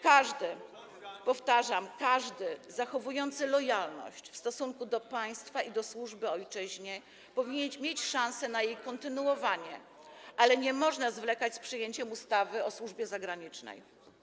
Każdy, powtarzam, każdy zachowujący lojalność w stosunku do państwa i do służby ojczyźnie powinien mieć szansę na jej kontynuowanie, ale nie można zwlekać z przyjęciem ustawy o służbie zagranicznej.